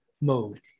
mode